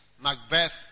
Macbeth